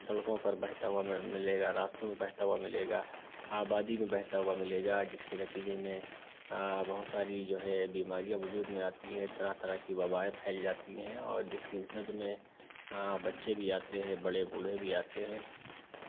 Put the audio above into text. سڑکوں پر بہتا ہُوا مل ملے گا راستوں میں بہتا ہُوا ملے گا آبادی میں بہتا ہُوا ملے گا جس کے نتیجے میں بہت ساری جو ہے بیماریاں وجود میں آتی ہیں طرح طرح کی وبائیں پھیل جاتی ہیں اور جس کی زد میں بچے بھی آتے ہیں بڑے بوڑھے بھی آتے ہیں